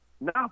no